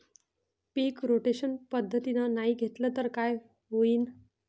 पीक rotation पद्धतीनं नाही घेतलं तर काय होईन?